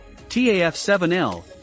TAF7L